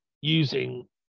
using